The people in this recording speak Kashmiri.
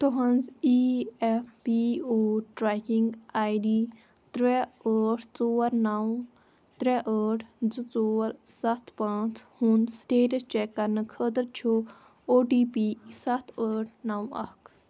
تُہٕنٛز E P F O tracking I D ترٛےٚ ٲٹھ ژور نو ترٛےٚ ٲٹھ زٕ ژور ستھ پانژھ ہُنٛد سِٹیٚٹس چیک کَرنہٕ خٲطرٕ چھُ او ٹی پی ستھ ٲٹھ نٔو اَکھ